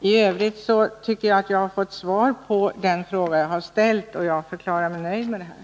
I övrigt tycker jag att jag har fått svar på den fråga jag ställde, och jag förklarar mig nöjd med detta.